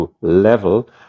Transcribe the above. level